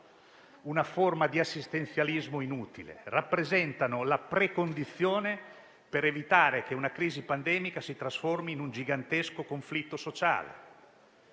una forma di assistenzialismo inutile, ma rappresentano la precondizione per evitare che una crisi pandemica si trasformi in un gigantesco conflitto sociale.